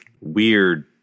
weird